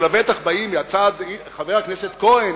שלבטח באים מצד חבר הכנסת כהן,